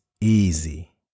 easy